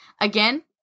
again